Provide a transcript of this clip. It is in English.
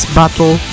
battle